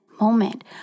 moment